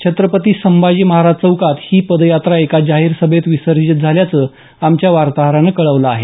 छत्रपती संभाजी महाराज चौकात ही पदयात्रा एका जाहीर सभेत विसर्जित झाल्याचं आमच्या वार्ताहरानं कळवलं आहे